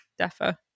defo